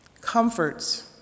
comforts